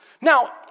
Now